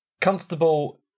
Constable